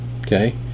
Okay